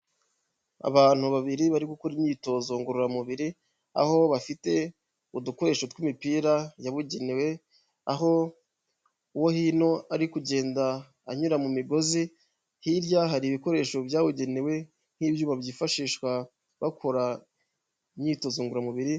Abantu babiri bari gukora imyitozo ngororamubiri aho bafite udukoresho tw'imipira yabugenewe aho uwo hino ari kugenda anyura mu migozi hirya hari ibikoresho byabugenewe nk'ibyuma byifashishwa bakora imyitozo ngororamubiri.